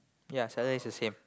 ya Saturday's the same